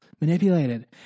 Manipulated